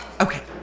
Okay